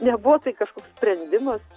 nebuvo tai kažkoks sprendimas